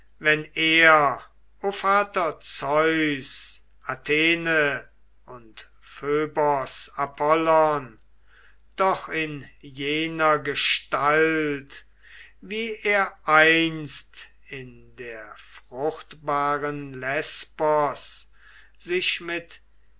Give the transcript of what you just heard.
wenn er o vater zeus athene und phöbos apollon doch in jener gestalt wie er einst in der fruchtbaren lesbos sich mit